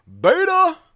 Beta